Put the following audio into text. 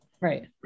Right